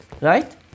Right